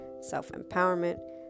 self-empowerment